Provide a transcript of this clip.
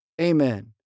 Amen